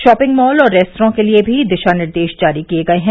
shopping mall और restaurant के लिए भी दिशा निर्देश जारी किये गए हैं